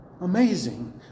Amazing